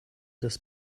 das